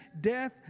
death